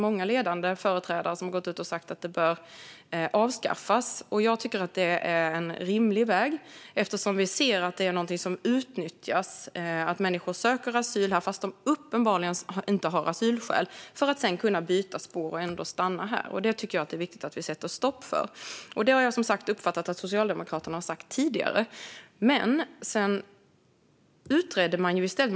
Många ledande företrädare har sagt att det bör avskaffas. Jag tycker att det är en rimlig väg, eftersom vi ser att det utnyttjas. Människor söker asyl här trots att de uppenbarligen inte har asylskäl för att sedan kunna byta spår och sedan stanna här. Det är viktigt att vi sätter stopp för det. Jag har uppfattat att Socialdemokraterna har sagt detta tidigare. Sedan utredde man det här.